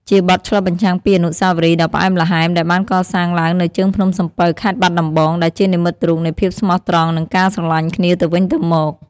ជាបទឆ្លុះបញ្ចាំងពីអនុស្សាវរីយ៍ដ៏ផ្អែមល្ហែមដែលបានកសាងឡើងនៅជើងភ្នំសំពៅ ខេត្តបាត់ដំបង ដែលជានិមិត្តរូបនៃភាពស្មោះត្រង់ និងការស្រឡាញ់គ្នាទៅវិញទៅមក។